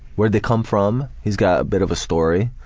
where'd they come from? he's got a bit of a story,